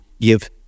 give